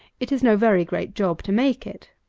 it is no very great job to make it.